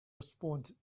responded